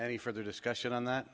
any further discussion on that